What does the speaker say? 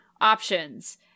options